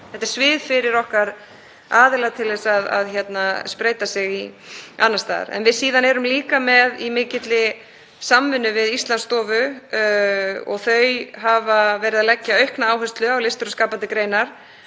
þetta er svið fyrir okkar aðila til að spreyta sig annars staðar. Síðan erum við líka í mikilli samvinnu við Íslandsstofu og þau hafa verið að leggja aukna áherslu á listir og skapandi greinar.